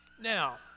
Now